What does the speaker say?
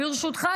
ברשותך,